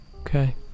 Okay